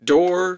Door